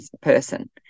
person